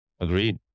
Agreed